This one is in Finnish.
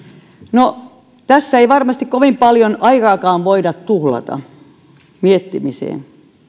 no tässä ei varmasti kovin paljon aikaakaan voida tuhlata miettimiseen